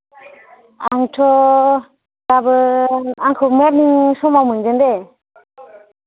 आंथ' गाबोन आंखौ मरनिं समाव मोनगोन दे